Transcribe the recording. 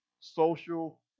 social